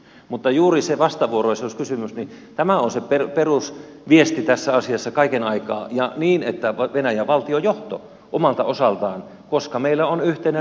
mutta juuri se vastavuoroisuuskysymys on se perusviesti tässä asiassa kaiken aikaa ja niin että venäjän valtiojohto omalta osaltaan tulee tähän mukaan koska meillä on yhteinen rauhan raja